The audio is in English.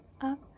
up